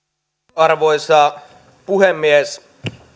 arvoisa puhemies